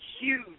huge